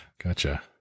gotcha